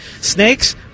Snakes